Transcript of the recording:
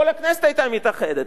כל הכנסת היתה מתאחדת.